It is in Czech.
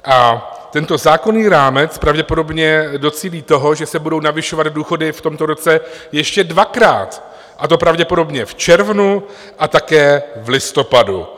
A tento zákonný rámec pravděpodobně docílí toho, že se budou navyšovat důchody v tomto roce ještě dvakrát, a to pravděpodobně v červnu a také v listopadu.